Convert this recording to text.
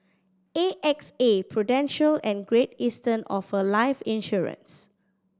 A X A Prudential and Great Eastern offer life insurance